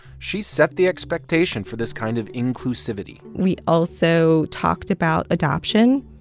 she set the expectation for this kind of inclusivity we also talked about adoption.